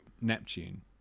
neptune